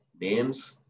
names